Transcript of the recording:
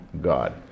God